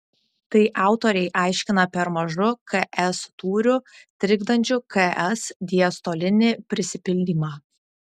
tai autoriai aiškina per mažu ks tūriu trikdančiu ks diastolinį prisipildymą